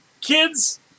Kids